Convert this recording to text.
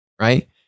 right